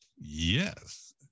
Yes